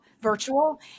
virtual